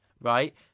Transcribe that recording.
Right